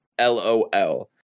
LOL